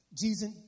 Jesus